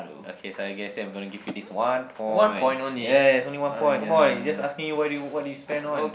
okay I guess I'm gonna give you this one point ya it's only one point come on it's just asking you what do you what do you spend on